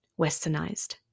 westernized